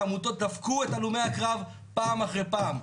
והעמותות דפקו את הלומי הקרב פעם אחר פעם.